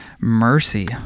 mercy